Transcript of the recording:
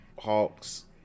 hawks